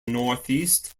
northeast